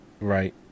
Right